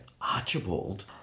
Archibald